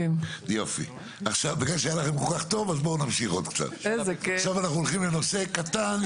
עכשיו אנחנו הולכים לנושא קטן,